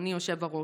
אדוני היושב-ראש,